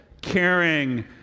caring